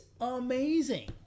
amazing